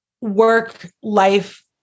work-life